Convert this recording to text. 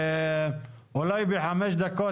אני עובר להסתייגויות.